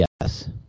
Yes